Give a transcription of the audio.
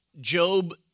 Job